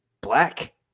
black